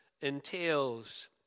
entails